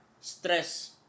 Stress